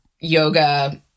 yoga